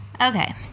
Okay